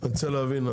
אני רוצה להבין,